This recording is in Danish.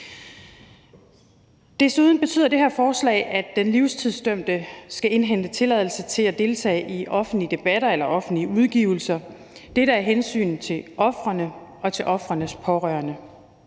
Desuden betyder det her forslag, at den livstidsdømte skal indhente tilladelse til at deltage i offentlige debatter eller offentlige udgivelser. Dette er af hensyn til ofrene og til ofrenes pårørende.